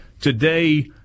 today